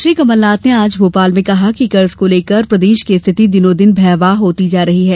श्री कमलनाथ ने आज भोपाल में कहा कि कर्ज को लेकर प्रदेश की स्थिति दिनोदिन भयावह होती जा रही है